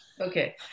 okay